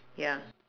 ya